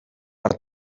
per